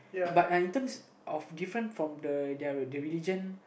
but in terms of different from the their religion